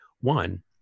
One